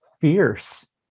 fierce